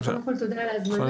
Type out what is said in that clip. קודם כל תודה על ההזמנה.